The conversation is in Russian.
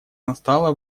настало